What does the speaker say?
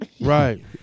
Right